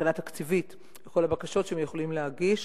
מבחינה תקציבית, כל הבקשות שהם יכולים להגיש